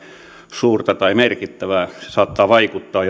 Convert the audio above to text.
suurta tai merkittävää se saattaa vaikuttaa